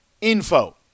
info